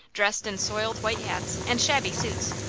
dressed in soiled white hats and shabby suits,